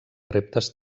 reptes